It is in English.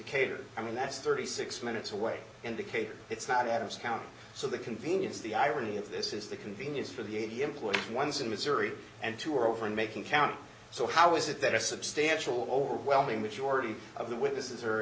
cave i mean that's thirty six minutes away in decatur it's not adams county so the convenience the irony of this is the convenience for the important ones in missouri and two over in macon county so how is it that a substantial overwhelming majority of the witnesses